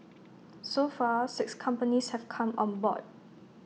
so far six companies have come on board